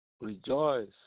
Rejoice